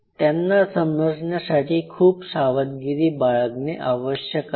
त्यांना समजण्यासाठी खूप सावधगिरी बाळगणे आवश्यक आहे